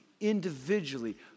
individually